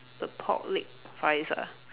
the pork leg rice ah